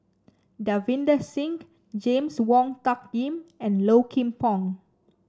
Davinder Singh James Wong Tuck Yim and Low Kim Pong